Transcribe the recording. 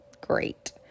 great